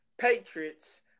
Patriots